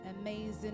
Amazing